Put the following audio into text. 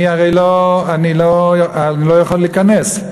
אני לא יכול להיכנס.